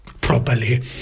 properly